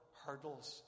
hurdles